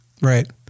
Right